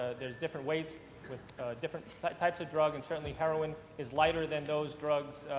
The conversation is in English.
there is different weights with different types of drugs and certainly heroin is lighter than those drugs,